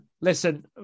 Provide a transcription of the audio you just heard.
Listen